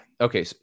Okay